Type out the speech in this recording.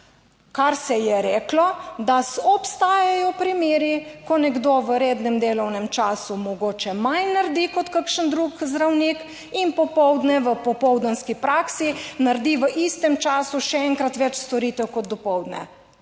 kar se je reklo, da obstajajo primeri, ko nekdo v rednem delovnem času mogoče manj naredi kot kakšen drug zdravnik in popoldne, v popoldanski praksi naredi v istem času še enkrat več storitev kot dopoldne.